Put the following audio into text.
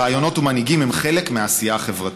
רעיונות ומנהיגים הם חלק מהעשייה החברתית.